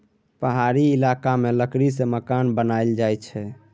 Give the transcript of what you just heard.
पहाड़ी इलाका मे लकड़ी सँ मकान बनाएल जाई छै